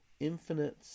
Infinite